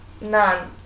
none